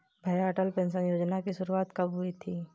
भैया अटल पेंशन योजना की शुरुआत कब हुई थी?